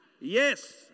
Yes